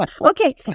okay